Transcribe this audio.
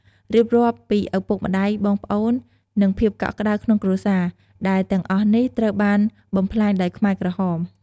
រៀបរាប់ពីឪពុកម្តាយ បងប្អូន និងភាពកក់ក្តៅក្នុងគ្រួសារ ដែលទាំងអស់នេះត្រូវបានបំផ្លាញដោយខ្មែរក្រហម។